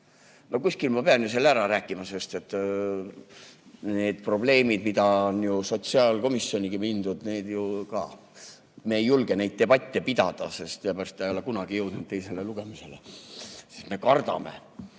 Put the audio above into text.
No kuskil ma pean ju selle ära rääkima, sest need on probleemid, millega on sotsiaalkomisjonigi mindud. Aga me ei julge neid debatte pidada, need ei ole kunagi jõudnud teisele lugemisele. Sest me kardame.